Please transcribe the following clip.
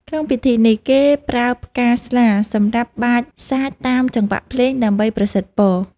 ក្នុងពិធីនេះ គេប្រើផ្កាស្លាសម្រាប់បាចសាចតាមចង្វាក់ភ្លេង ដើម្បីប្រសិទ្ធពរ។